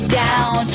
down